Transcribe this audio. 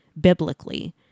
biblically